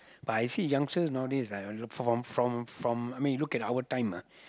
but I see youngsters nowadays ah from from from I mean you look at our time ah